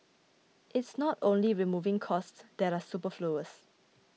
it's not only removing costs that are superfluous